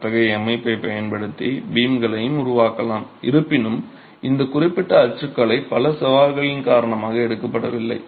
அத்தகைய அமைப்பைப் பயன்படுத்தி பீம்களையும் உருவாக்கலாம் இருப்பினும் இந்த குறிப்பிட்ட அச்சுக்கலை பல சவால்களின் காரணமாக எடுக்கப்படவில்லை